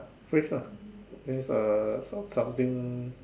phrase ah means uh something